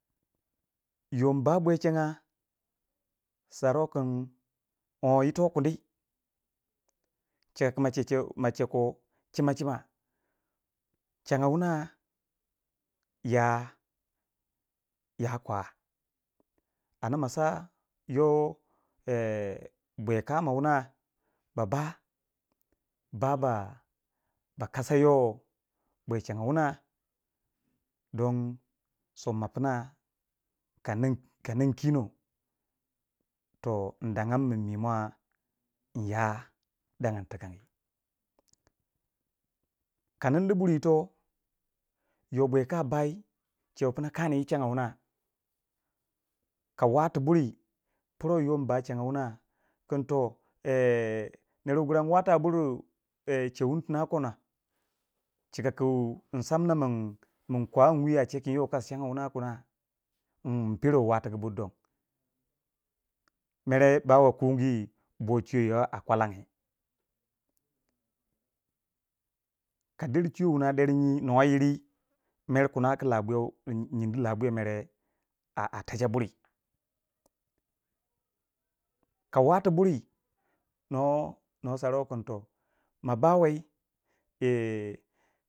Yoh mba bwiyachagna saruwe kin on ito kundi, cika ku ma chẹ ko chịmachịma changa wuna ya ya kwa anda masa yoh bwiya ka mo wuna ba ba, baba kasa yo bwiyachanga wuna don somma pina kanin kanin kino toh mi dangyani min mima inya dagani tikangẹ, ka nin di buri yito. yọ bwiyaka ba chẹ pinạ kani yi changna wuna, ka wati buri firuwe yoh imba changna wuna kin to nẹr wu gira in wata ban chemi tina kona in samna mịn kwami wị ache kin yoh kasi changna wuna kina in pero watu gu bur don, mere bawai ku gyi bwo chiyo yoh a kwalangye a der shuwo winna nuwa yiri mere kina ku nyindi labwiya mere a Tesha buri ka wati buri no no saru kin toh mma bawai.